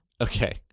okay